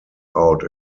out